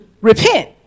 repent